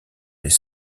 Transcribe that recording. les